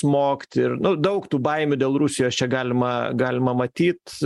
smogt ir daug tų baimių dėl rusijos čia galima galima matyt